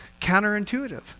counterintuitive